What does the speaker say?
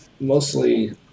Mostly